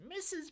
Mrs